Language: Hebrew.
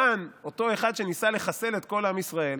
המן, אותו אחד שניסה לחסל את כל עם ישראל,